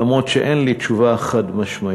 למרות שאין לי תשובה חד-משמעית.